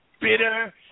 bitter